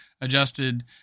adjusted